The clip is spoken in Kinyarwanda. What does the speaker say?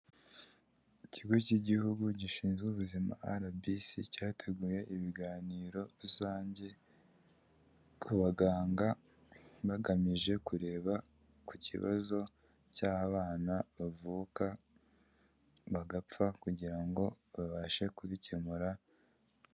Ikigo cy'igihugu gishinzwe ubuzima arabisi, cyateguye ibiganiro rusange ku baganga bagamije kureba ku kibazo cy'abana bavuka bagapfa, kugira ngo babashe kubikemura.